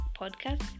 podcast